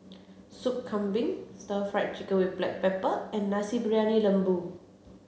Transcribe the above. Sup Kambing Stir Fried Chicken with Black Pepper and Nasi Briyani Lembu